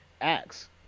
acts